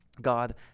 God